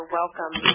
welcome